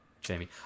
Jamie